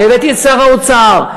והבאתי את שר האוצר,